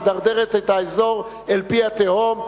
המדרדרת את האזור אל פי התהום,